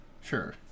sure